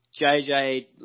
JJ